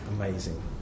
amazing